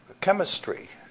chemistry,